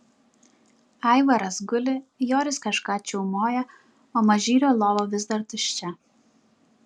aivaras guli joris kažką čiaumoja o mažylio lova vis dar tuščia